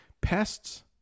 Pests